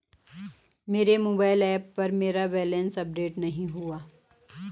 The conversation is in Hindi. मेरे मोबाइल ऐप पर मेरा बैलेंस अपडेट नहीं हुआ है